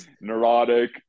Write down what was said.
neurotic